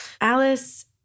Alice